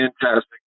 fantastic